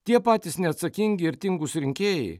tie patys neatsakingi ir tingūs rinkėjai